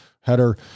header